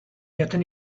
jaten